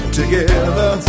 together